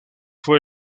fue